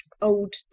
old